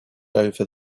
over